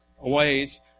ways